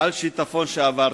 על שיטפון שעברתי?